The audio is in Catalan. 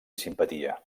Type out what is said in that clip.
simpatia